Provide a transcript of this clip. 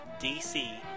DC